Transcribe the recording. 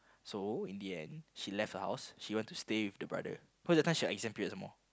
so in the end she left the house she want to stay with the brother cause that time she exam period some more